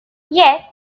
yet